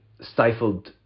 stifled